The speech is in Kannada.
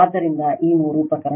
ಆದ್ದರಿಂದ ಈ ಮೂರು ಪ್ರಕರಣಗಳು